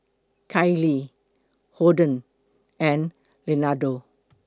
Kailee Holden and Leonardo